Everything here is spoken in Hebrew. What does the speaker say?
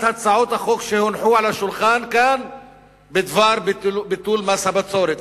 הצעות שיונחו על השולחן כאן בדבר ביטול מס הבצורת.